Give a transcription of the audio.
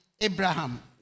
Abraham